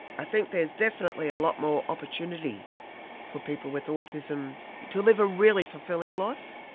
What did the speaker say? i think there's definitely a lot more opportunity for people with autism to live a really fulfilling life.